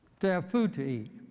to have food to eat